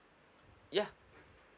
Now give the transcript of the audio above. ya